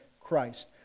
Christ